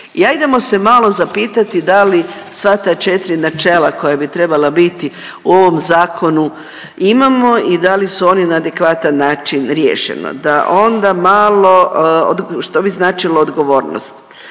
I ajdemo se malo zapitati da li sva ta 4 načela koja bi trebala biti u ovom zakonu imamo i da li su oni na adekvatan način riješeno. Da onda malo, što bi značilo odgovornost.